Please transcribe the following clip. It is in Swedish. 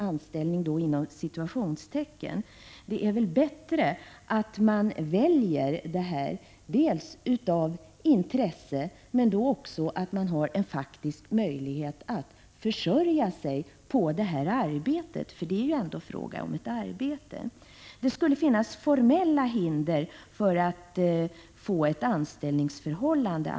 Det är väl bättre att de väljer att vara familjehemsförälder dels av intresse, men dels också därför att de därigenom får en faktisk möjlighet att försörja sig på sitt arbete — det är ju ändå fråga om ett arbete. Det skulle enligt ministern finnas formella hinder för ett anställningsförhållande.